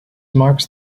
marks